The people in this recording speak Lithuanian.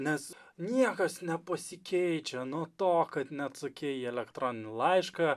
nes niekas nepasikeičia nuo to kad neatsakei į elektroninį laišką